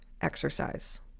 exercise